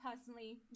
personally